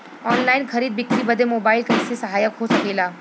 Online खरीद बिक्री बदे मोबाइल कइसे सहायक हो सकेला?